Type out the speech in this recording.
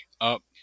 up